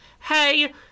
Hey